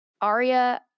Aria